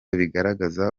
bigaragaza